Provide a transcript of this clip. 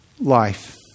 life